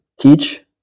teach